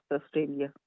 Australia